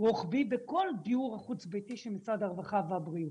רוחבי בכל הדיור החוץ ביתי של משרד הרווחה והבריאות